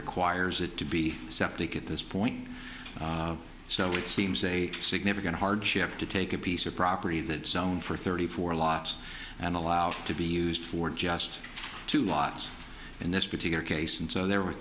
requires it to be septic at this point so it seems a significant hardship to take a piece of property that zone for thirty four lots and allowed to be used for just two lots in this particular case and so there were